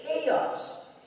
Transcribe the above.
chaos